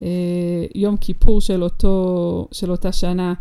יום כיפור של אותו, של אותה שנה.